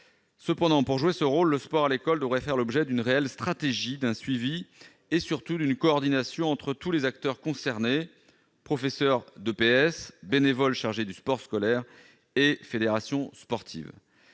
Cependant, pour jouer pleinement ce rôle, le sport à l'école devrait faire l'objet d'une réelle stratégie, d'un suivi et, surtout, d'une coordination entre tous les acteurs concernés : professeurs d'éducation physique et sportive, bénévoles chargés du sport scolaire et fédérations sportives.